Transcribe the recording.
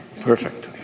Perfect